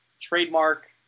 Trademark